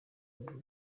bull